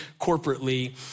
corporately